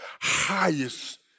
highest